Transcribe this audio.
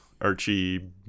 Archie